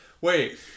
Wait